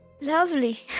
Lovely